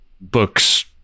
books